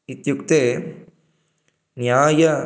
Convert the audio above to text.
इत्युक्ते न्यायः